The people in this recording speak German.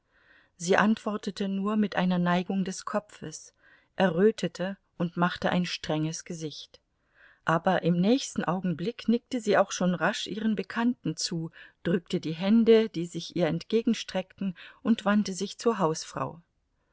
sie antwortete nur mit einer neigung des kopfes errötete und machte ein strenges gesicht aber im nächsten augenblick nickte sie auch schon rasch ihren bekannten zu drückte die hände die sich ihr entgegenstreckten und wandte sich zur hausfrau